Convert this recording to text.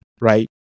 right